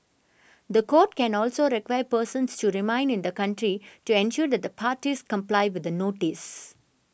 the court can also require persons to remain in the country to ensure that the parties comply with the notice